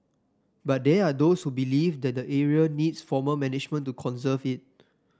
but there are those who believe that the area needs formal management to conserve it